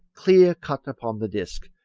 clear cut upon the disc,